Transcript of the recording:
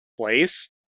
place